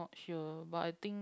not sure but I think